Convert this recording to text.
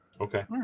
Okay